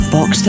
Box